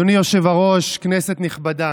אדוני היושב-ראש, כנסת נכבדה,